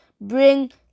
bring